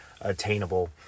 attainable